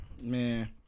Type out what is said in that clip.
Man